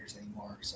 anymore